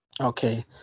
Okay